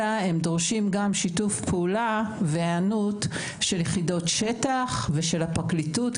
אלא הן דורשות גם שיתוף פעולה והיענות של יחידות שטח ושל הפרקליטות,